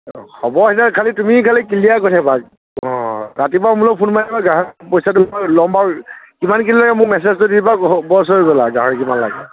হ'ব এতিয়া খালী তুমি খালী ক্লীয়াৰ কৰি থাকিবা অঁ ৰাতিপুৱা মোলৈ ফোন মাৰিবা যাহা পইচাটো মই ল'ম বাৰু কিমান কিলো লাগে মোক মেচেজ কৰি দিবা বচ হৈ গ'ল আৰু গাহৰি কিমান লাগে